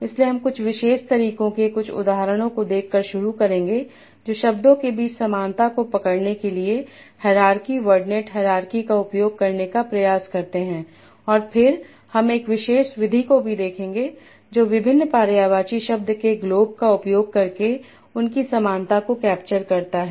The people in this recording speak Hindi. इसलिए हम कुछ विशेष तरीकों के कुछ उदाहरणों को देखकर शुरू करेंगे जो शब्दों के बीच समानता को पकड़ने के लिए हायरार्की वर्डनेट हायरार्की का उपयोग करने का प्रयास करते हैं और फिर हम एक विशेष विधि भी देखेंगे जो विभिन्न पर्यायवाची शब्द के ग्लोब का उपयोग करके उनकी समानता को कैप्चर करता है